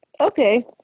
Okay